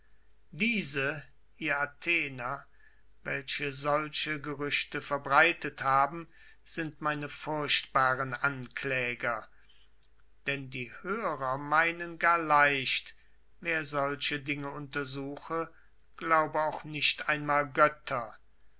diese ihr athener welche solche gerüchte verbreitet haben sind meine furchtbaren ankläger denn die hörer meinen gar leicht wer solche dinge untersuche glaube auch nicht einmal götter